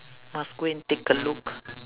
must go and take a look